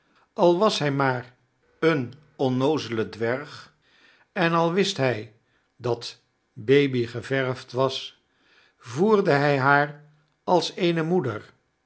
al was hy maar een onnoozele dwerg en al wist hij dat baby geverfd was voerde hij haar als eene moeder